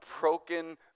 broken